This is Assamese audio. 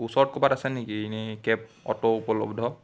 ওচৰত ক'ৰবাত আছে নেকি এনেই কেব অ'টো ওপলব্ধ